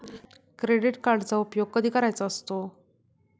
Credit कार्डचा उपयोग कधी करायचा असतो?